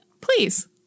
please